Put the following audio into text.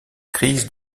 crise